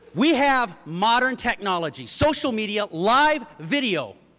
we have modern technology, social media, live video.